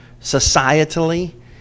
societally